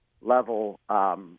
level